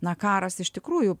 na karas iš tikrųjų